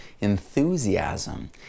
enthusiasm